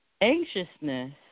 anxiousness